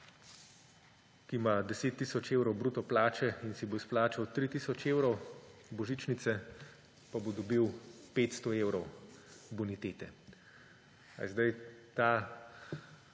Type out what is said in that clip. ki ima 10 tisoč evrov bruto plače in si bo izplačal 3 tisoč evrov božičnice, bo pa dobil 500 evrov bonitete. Ali je